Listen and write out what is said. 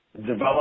develop